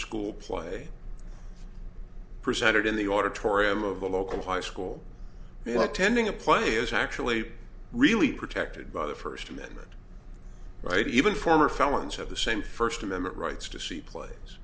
school play presented in the auditorium of a local high school or attending a play is actually really protected by the first amendment right even former felons have the same first amendment rights to see plays